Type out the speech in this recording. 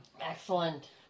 Excellent